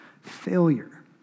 failure